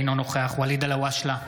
אינו נוכח ואליד אלהואשלה,